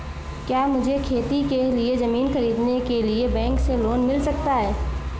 क्या मुझे खेती के लिए ज़मीन खरीदने के लिए बैंक से लोन मिल सकता है?